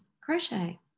Crochet